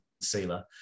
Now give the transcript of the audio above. sealer